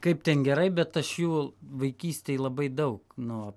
kaip ten gerai bet aš jų vaikystėj labai daug nuo